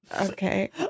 okay